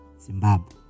Zimbabwe